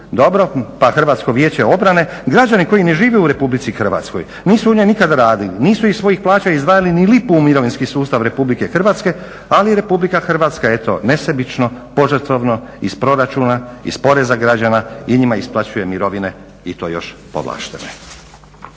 dobro, pa Hrvatsko vijeće obrane, građani koji ne žive u RH nisu u njoj nikada radili, nisu iz svojih plaća izdvajali ni lipu u mirovinski sustav RH ali RH eto nesebično, požrtvovno iz proračuna iz poreza građana i njima isplaćuje mirovine i to još povlaštene.